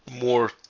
more